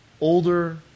older